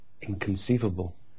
inconceivable